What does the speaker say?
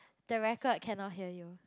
the record cannot hear you